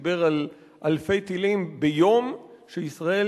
שדיבר על אלפי טילים ביום, שישראל